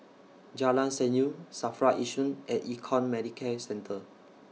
Jalan Senyum SAFRA Yishun and Econ Medicare Centre